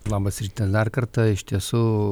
labas rytas dar kartą iš tiesų